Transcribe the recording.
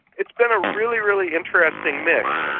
it's been a really, really interesting mix.